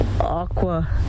aqua